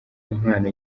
impano